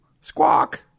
Squawk